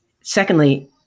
Secondly